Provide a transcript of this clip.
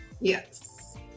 Yes